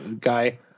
guy